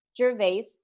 Gervais